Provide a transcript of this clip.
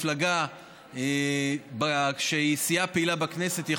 לגייס מפלגה כשהיא סיעה פעילה בכנסת,